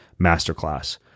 masterclass